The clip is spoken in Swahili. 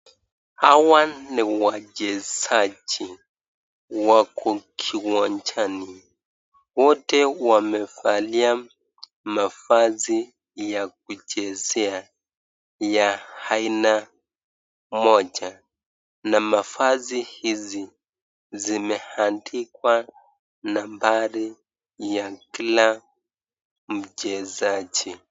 Hawa ni wachezaji wako kiwanjani. Wote wamevalia mavazi ya kuchezea ya aina moja, na mavazi hizi zimeandikwa nambari ya kila mchezaji.